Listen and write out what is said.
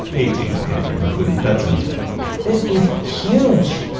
eighteen if you include the pet cemetery this is huge